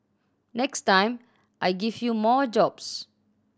next time I give you more jobs